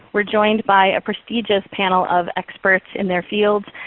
we're joined by a prestigious panel of experts in their fields.